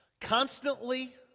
Constantly